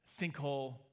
sinkhole